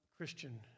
Christian